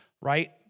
right